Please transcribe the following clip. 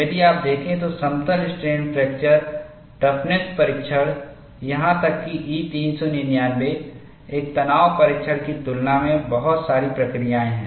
यदि आप देखें तो समतल स्ट्रेन फ्रैक्चर टफनेस परीक्षण यहां तक कि E 399 एक तनाव परीक्षण की तुलना में बहुत सारी प्रक्रियाएं हैं